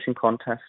contest